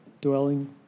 dwelling